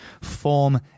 form